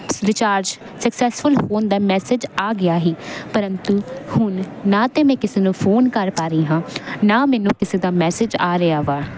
recharge successful ਹੋਣ ਦਾ message ਆ ਗਿਆ ਸੀ ਪਰੰਤੂ ਹੁਣ ਨਾ ਤਾਂ ਮੈਂ ਕਿਸੇ ਨੂੰ ਫੋਨ ਕਰ ਪਾ ਰਹੀ ਹਾਂ ਨਾ ਮੈਨੂੰ ਕਿਸੇ ਦਾ ਮੈਸੇਜ ਆ ਰਿਹਾ ਵਾ